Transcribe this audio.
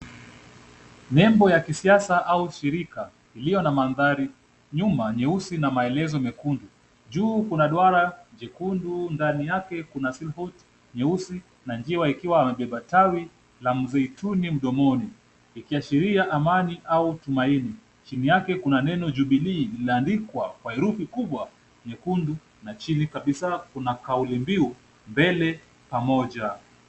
Nembo ya kisiasa au shirika iliyo na mandhari nyuma nyeusi na maelezo mekundu. Juu kuna duara jekundu, ndani yake kuna silhouette na njiwa amebeba tawi la mzeituni mdomoni ikiashiria amani ama tumaini. Chini yake kuna neno Jubilee na imeandikwa kwa herufi kubwa nyekundu na chini kabisa kuna kauli mbiu, mbele pamoja.